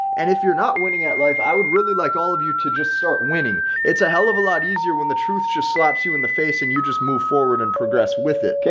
and if you're not winning at life, i would really like all of you to just start winning, it's a hell of a lot easier when the truth just slaps you in the face and you just move forward and progress with it. okay,